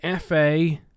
FA